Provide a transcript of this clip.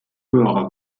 höherer